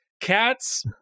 Cats